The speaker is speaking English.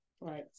right